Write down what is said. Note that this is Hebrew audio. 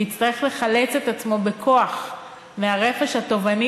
ויצטרך לחלץ את עצמו בכוח מהרפש התובעני